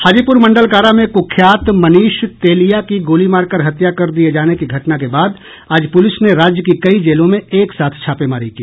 हाजीपुर मंडल कारा में कुख्यात मनीष तेलिया की गोली मारकर हत्या कर दिये जाने की घटना के बाद आज पुलिस ने राज्य की कई जेलों में एक साथ छापेमारी की